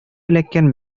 эләккән